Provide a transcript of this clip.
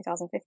2015